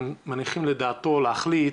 מניחים לדעתו להחליט,